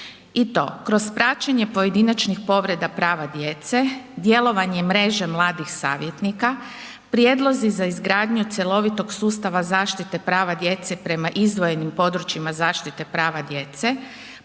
kroz praćenje pojedinačnih povreda prava djece, djelovanje mreže mladih savjetnika, prijedlozi za izgradnju cjelovitog sustava zaštite prava djece prema izdvojenim područjima zaštite prava djece,